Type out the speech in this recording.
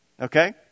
Okay